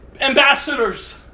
ambassadors